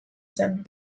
zen